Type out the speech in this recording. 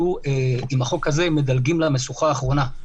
עם החוק הזה אנחנו מדלגים למשוכה האחרונה.